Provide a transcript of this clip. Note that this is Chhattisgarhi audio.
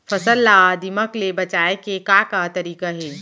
फसल ला दीमक ले बचाये के का का तरीका हे?